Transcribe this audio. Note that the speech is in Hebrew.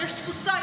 יש תפוסה,